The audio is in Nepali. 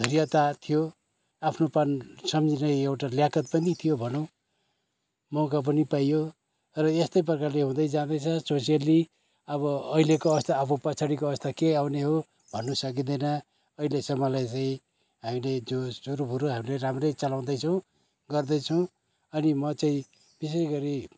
धैर्यता थियो आफ्नोपन सम्झिने एउटा ल्याकत पनि थियो भनौँ मौका पनि पाइयो र यस्तै प्रकारले हुँदै जाँदैछ सोसियली अब अहिलेको अवस्था अब पछाडिको अवस्था के आउने हो भन्नु सकिँदैन अहिलेसम्मलाई चाहिँ हामीले जो सुरुबुरु हामीले राम्रै चलाउँदैछौँ गर्दैछौँ अनि म चाहिँ विशेष गरी